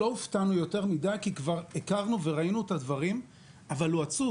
לא הופתענו יותר מדי כי כבר הכרנו וראינו את הדברים אבל הוא עצוב.